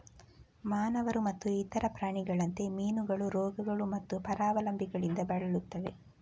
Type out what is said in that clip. ಮಾನವರು ಮತ್ತು ಇತರ ಪ್ರಾಣಿಗಳಂತೆ, ಮೀನುಗಳು ರೋಗಗಳು ಮತ್ತು ಪರಾವಲಂಬಿಗಳಿಂದ ಬಳಲುತ್ತವೆ